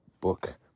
book